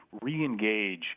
re-engage